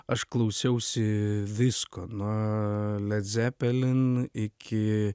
aš klausiausi visko nuo le dzepelin iki